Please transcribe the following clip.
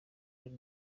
kuba